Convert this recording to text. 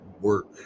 work